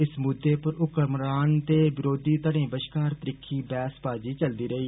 इस मुद्दे पर हुक्मरान ते बिरोधी धड़ें बष्कार त्रिक्खी बैहसवाजी चलदी रेई